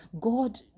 god